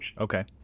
Okay